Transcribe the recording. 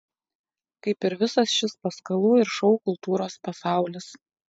kaip ir visas šis paskalų ir šou kultūros pasaulis